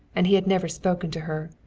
and he had never spoken to her.